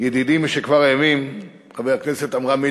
ידידי משכבר הימים, חבר הכנסת עמרם מצנע.